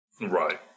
Right